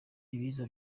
ibiza